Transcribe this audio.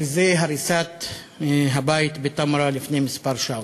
וזה הריסת הבית בתמרה לפני כמה שעות,